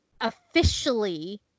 officially